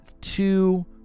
two